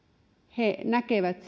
he näkevät